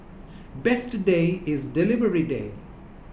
best day is delivery day